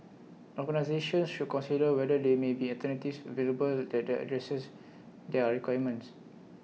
organisations should consider whether there may be alternatives available that the addresses their requirements